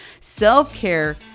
self-care